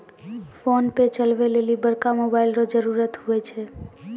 PhonePe चलबै लेली बड़का मोबाइल रो जरुरत हुवै छै